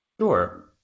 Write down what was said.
Sure